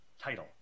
title